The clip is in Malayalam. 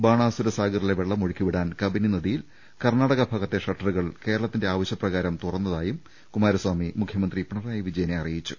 ബാണാസുര സാഗറിലെ വെള്ളം ഒഴുക്കിവി ടാൻ കബനി നദിയിൽ കർണാടക ഭാഗത്തെ് ഷട്ടറുകൾ കേരളത്തിന്റെ ആവശ്യപ്രകാരം തുറന്നതായും കുമാര്സ്വാമി മുഖ്യമന്ത്രി പിണറായി വിജയനെ അറിയിച്ചു